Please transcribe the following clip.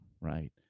right